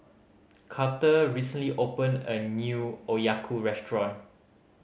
Carter recently opened a new Okayu Restaurant